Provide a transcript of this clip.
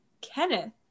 Kenneth